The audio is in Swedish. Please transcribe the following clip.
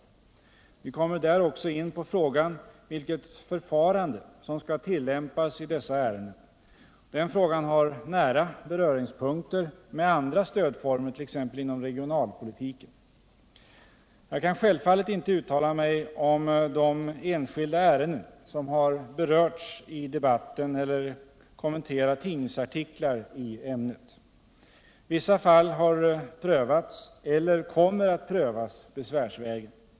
Vi kommer där också in på frågan vilket förfarande som skall tillämpas i dessa ärenden. Den frågan har nära beröringspunkter med andra stödformer, t.ex. inom regionalpolitiken. | Jag kan självfallet inte uttala mig om de enskilda ärenden som har berörts i debatten eller kommentera tidningsartiklar i ämnet. Vissa fall har prövats eller kommer att prövas besvärsvägen.